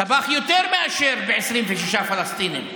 טבח יותר מ-26 פלסטינים.